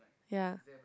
yea